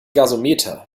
gasometer